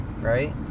right